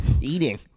eating